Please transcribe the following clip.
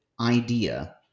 idea